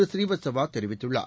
ஸ்ரீவத்சவா தெரிவித்துள்ளார்